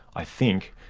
i think,